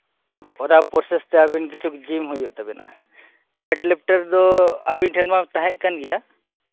ᱚᱱᱟ ᱯᱨᱳᱥᱮᱥ ᱛᱮ ᱟᱹᱵᱤᱱ ᱠᱤᱪᱷᱩ ᱡᱤᱢ ᱦᱩᱭᱩᱜ ᱛᱟᱹᱵᱤᱱᱟ ᱳᱭᱮᱴᱞᱤᱯᱷᱴᱮᱴ ᱫᱚ ᱟᱹᱵᱤᱱ ᱴᱷᱮᱱᱢᱟ ᱛᱟᱦᱮᱸᱜ ᱠᱟᱱ ᱜᱮᱭᱟ